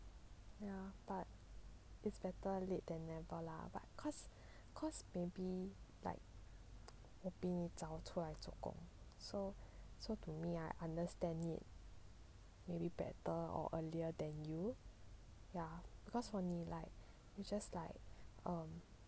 ya but it's better late than never lah but cause cause maybe like 我比你早出来做工 so to me ah I understand it maybe better or earlier than you ya because for 你 lah it's just like um